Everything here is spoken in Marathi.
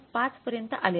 5 पर्यंत आले आहेत